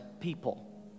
people